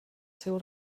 seu